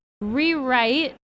rewrite